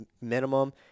minimum